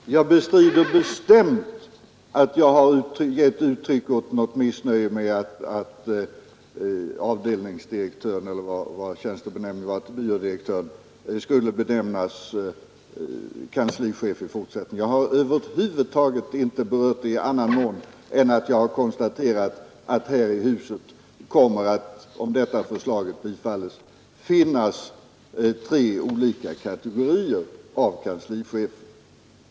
Herr talman! Jag bestrider bestämt att jag har gett uttryck åt något missnöje med att avdelningsdirektören, byrådirektören eller vad tjänstebenämningen är på kammarkansliet — skulle benämnas kanslichef i fortsättningen. Jag har över huvud taget inte berört det i annan mån än att jag har konstaterat att här i huset om det föreliggande förslaget bifalles — kommer att finnas tre olika kategorier av kanslichefer.